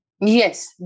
yes